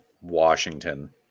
Washington